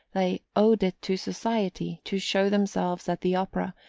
they owed it to society to show themselves at the opera,